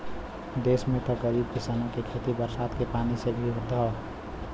देस में त गरीब किसानन के खेती बरसात के पानी से ही होत हौ